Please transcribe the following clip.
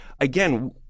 Again